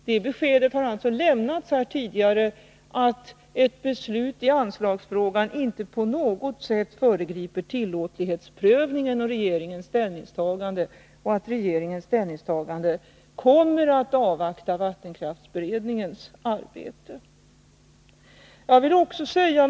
Det beskedet att ett beslut i anslagsfrågan inte på något sätt föregriper tillåtlighetsprövningen och regeringens ställningstagande och att regeringen kommer att avvakta vattenkraftsberedningens arbete har alltså lämnats här tidigare.